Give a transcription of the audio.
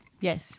Yes